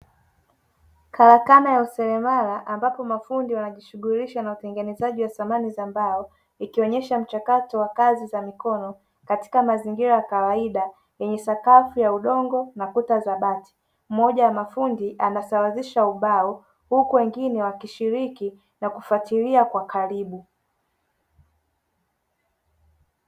Karakana ya useremala ambapo mafundi wanajishughulisha na utengenezaji wa samani za mbao, ikionyesha mchakato wa kazi za mikono, katika mazingira ya kawaida yenye sakafu ya udongo na kuta za bati mmoja wa mafundi anasawazisha ubao, huku wengine wakishiriki na kufuatilia kwa karibu.